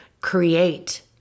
create